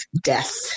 death